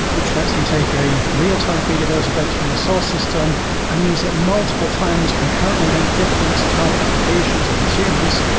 which lets you take a real-time feed of those events from the source system and use it multiple times concurrently against different target applications and consumers,